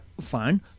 Fine